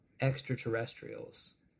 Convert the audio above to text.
extraterrestrials